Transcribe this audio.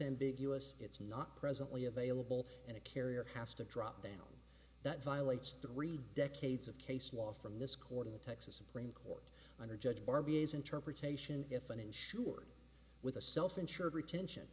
ambiguous it's not presently available and a carrier has to drop down that violates three decades of case law from this court in the texas supreme court under judge barbie is interpretation if an insured with a self insured retention